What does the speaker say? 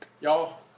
Y'all